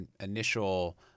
initial